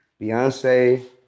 Beyonce